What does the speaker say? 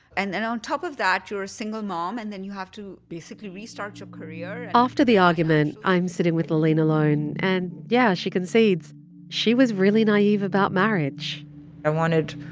and on top of that, you're a single mom, and then you have to basically restart your career. after the argument, i'm sitting with laaleen alone. and yeah, she concedes she was really naive about marriage i wanted